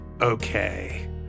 okay